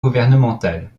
gouvernementales